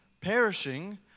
perishing